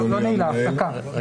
לא נעילה, הפסקה.